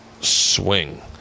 swing